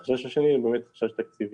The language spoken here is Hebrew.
החשש השני הוא חשש תקציבי,